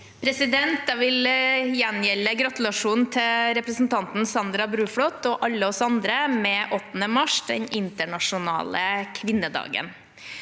Jeg vil gjengjel- de gratulasjonen til representanten Sandra Bruflot – og alle oss andre – med 8. mars, den internasjonale kvinnedagen.